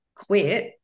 quit